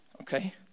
okay